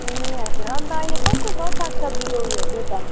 ए हजुर अन्त अहिले कस्तो छ हौ साग सब्जीको उयोहरू चाहिँ त्यता